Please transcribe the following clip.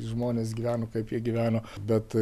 žmonės gyveno kaip jie gyveno bet